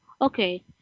Okay